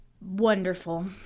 Wonderful